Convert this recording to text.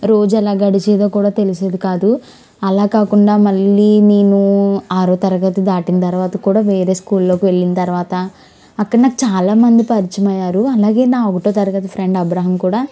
రోజు అలా గడిచేదో కూడా తెలిసేది కాదు అలా కాకుండా మళ్ళీ నేను ఆరవ తరగతి దాటిన తర్వాత కూడా వేరే స్కూల్లోకి వెళ్ళిన తర్వాత అక్కడ నాకు చాలామంది పరిచయం అయ్యారు అలాగే నా ఒకటో తరగతి ఫ్రెండ్ అబ్రహం కూడా